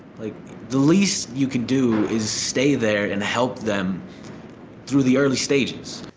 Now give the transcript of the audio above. like the least you can do is stay there and help them through the early stages.